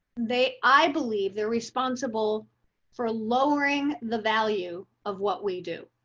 they i believe they're responsible for lowering the value of what we do.